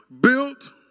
built